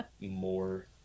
more